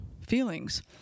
feelings